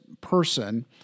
person